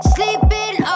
Sleeping